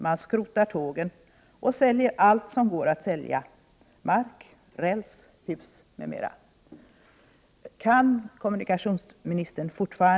Man skrotar tågen och säljer allt som går att sälja: mark, räls, hus m.m.